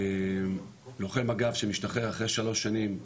לוחם מג"ב שמשתחרר אחרי שלוש שנים,